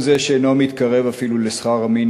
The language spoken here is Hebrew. שאינו מתקרב אפילו לשכר המינימום,